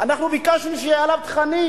אנחנו ביקשנו שיהיה עליו תכנים.